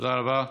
תודה רבה.